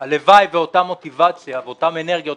הלוואי ואותה מוטיבציה ואותם אנרגיות